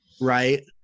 right